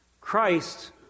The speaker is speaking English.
Christ